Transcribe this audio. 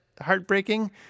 heartbreaking